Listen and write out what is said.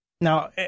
Now